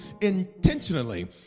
intentionally